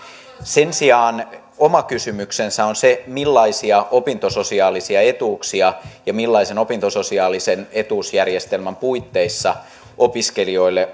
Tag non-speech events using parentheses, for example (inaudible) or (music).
sen sijaan oma kysymyksensä on se millaisia opintososiaalisia etuuksia ja millaisen opintososiaalisen etuusjärjestelmän puitteissa opiskelijoille (unintelligible)